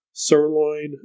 Sirloin